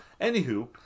Anywho